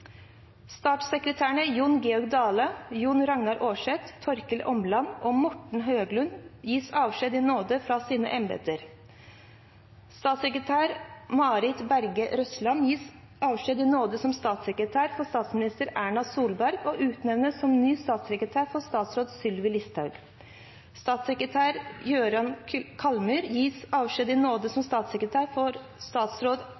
Statssekretærene Jon Georg Dale, John-Ragnar Aarset, Torkil Åmland og Morten Høglund gis avskjed i nåde fra sine embeter. 11. Statssekretær Marit Berger Røsland gis avskjed i nåde som statssekretær for statsminister Erna Solberg og utnevnes på ny som statssekretær for statsråd Sylvi Listhaug. 12. Statssekretær Jøran Kallmyr gis avskjed i nåde som statssekretær for statsråd